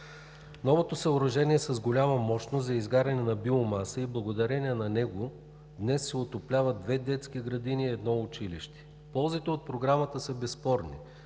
Новото съоръжение е с голяма мощност за изгаряне на биомаса и благодарение на него днес се отопляват две детски градини и едно училище. Ползите от Програмата са безспорни.